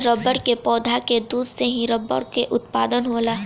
रबड़ के पौधा के दूध से ही रबड़ कअ उत्पादन होला